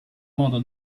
modo